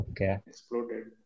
exploded